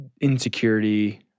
Insecurity